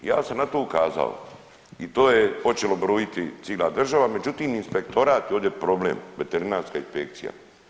I ja sam na to ukazao i to je počelo brojiti cila država međutim inspektora i ovdje je problem veterinarska inspekcija.